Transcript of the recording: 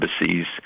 embassies